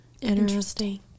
Interesting